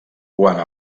quant